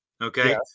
Okay